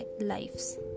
lives